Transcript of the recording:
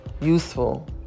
useful